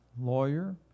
lawyer